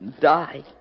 die